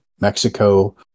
Mexico